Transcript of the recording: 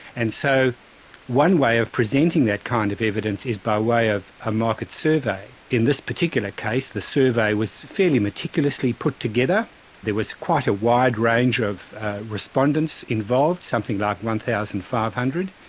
and so one way of presenting that kind of evidence is by way of a market survey. in this particular case the survey was fairly meticulously put together there was quite a wide range of respondents involved, something like one thousand five hundred.